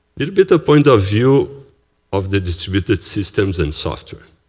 there's a bit of point of view of the distributed systems and software.